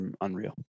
unreal